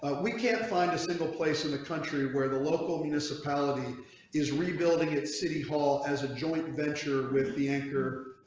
ah we can't find a single place in the country where the local municipality is rebuilding it city hall as a joint venture with the anchor.